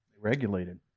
Regulated